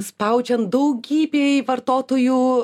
spaudžiant daugybei vartotojų